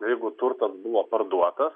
jeigu turtas buvo parduotas